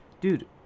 Dude